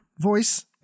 voice